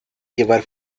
llevar